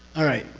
alright,